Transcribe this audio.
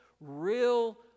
real